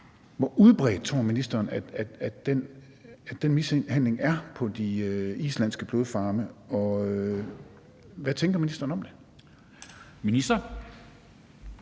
Hvor udbredt tror ministeren at den mishandling på de islandske blodfarme er, og hvad tænker ministeren om det?